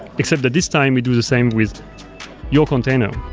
except that this time we do the same with your container